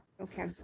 okay